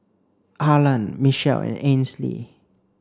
Harland Michele and Ainsley